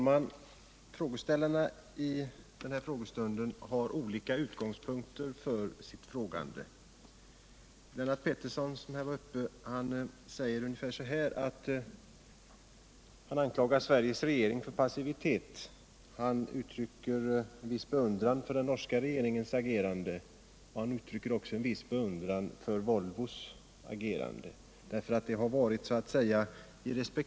Herr talman! Frågeställarna har olika utgångspunkter för sitt frågande. Lennart Pettersson, som nyss var uppe, anklagade Sveriges regering för passivitet och uttryckte en viss beundran för den norska regeringens agerande och även för Volvos agerande, eftersom affären legat i bådas intresse.